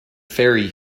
ferry